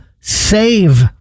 save